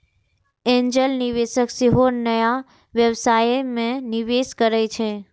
angel निवेशक सेहो नया व्यवसाय मे निवेश करै छै